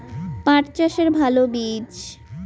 পাঠ চাষের ভালো বীজ?